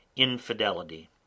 infidelity